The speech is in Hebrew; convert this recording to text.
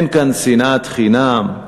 אין כאן שנאת חינם,